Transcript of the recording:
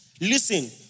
Listen